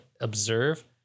observe